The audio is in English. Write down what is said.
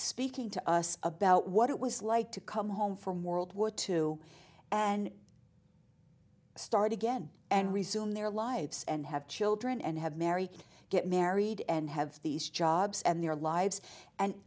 speaking to us about what it was like to come home from world war two and start again and resume their lives and have children and have married get married and have these jobs and their lives and